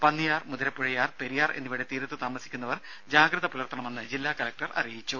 പന്നിയാർ മുതിരപ്പുഴയാർ പെരിയാർ എന്നിവയുടെ തീരത്ത് താമസിക്കുന്നവർ ജാഗ്രത പുലർത്തണമെന്ന് ജില്ലാ കലക്ടർ അറിയിച്ചു